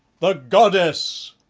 the goddess!